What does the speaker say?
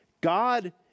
God